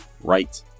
right